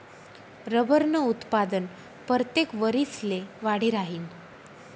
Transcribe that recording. रबरनं उत्पादन परतेक वरिसले वाढी राहीनं